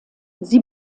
sie